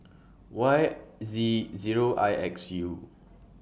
Y Z Zero I X U